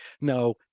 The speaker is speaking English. No